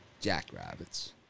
Jackrabbits